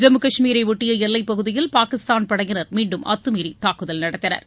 ஜம்மு கஷ்மீரை ஒட்டிய எல்லைப்பகுதியில் பாகிஸ்தான் படையினர் மீண்டும் அத்துமீறி தாக்குதல் நடத்தினர்